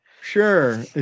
Sure